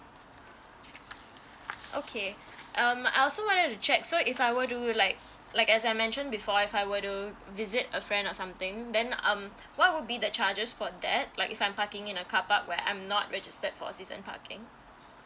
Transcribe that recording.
okay um I also wanted to check so if I were to like like as I mentioned before if I were to visit a friend or something then um what will be the charges for that like if I'm parking in a carpark where I'm not registered for a season parking